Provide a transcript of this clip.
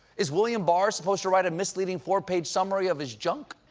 is william barr supposed to write a misleading four-page summary of his junk?